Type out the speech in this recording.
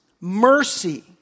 mercy